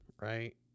Right